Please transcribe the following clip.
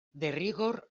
derrigor